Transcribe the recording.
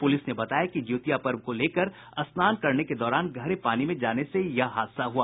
police ने बताया कि जिउतिया पर्व को लेकर स्नान करने के दौरान गहरे पानी में जाने से यह हादसा हुआ